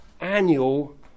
annual